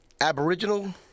Aboriginal